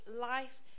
life